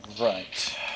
Right